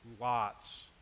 Lot's